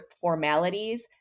formalities